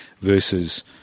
versus